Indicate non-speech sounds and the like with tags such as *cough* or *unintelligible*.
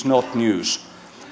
*unintelligible* not news